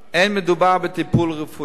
אין מדובר בטיפול רפואי.